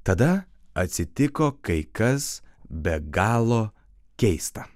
tada atsitiko kai kas be galo keista